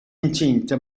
incinta